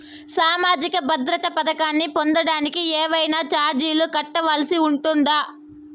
సామాజిక భద్రత పథకాన్ని పొందడానికి ఏవైనా చార్జీలు కట్టాల్సి ఉంటుందా?